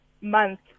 month